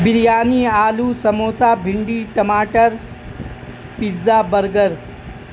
بریانی آلو سموسا بھنڈی ٹماٹر پزا برگر